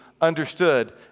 understood